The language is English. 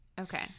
Okay